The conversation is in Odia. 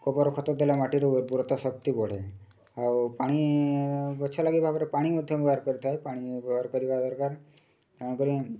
ଗୋବର ଖତ ଦେଲେ ମାଟିରୁ ଉର୍ବରତା ଶକ୍ତି ବଢ଼େ ଆଉ ପାଣି ଗଛ ଲାଗି ଭାବରେ ପାଣି ମଧ୍ୟ ବ୍ୟବହାର କରିଥାଏ ପାଣି ବ୍ୟବହାର କରିବା ଦରକାର ତେଣୁକରି